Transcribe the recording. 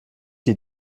die